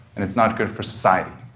and it's not good for society,